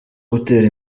gutera